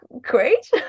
Great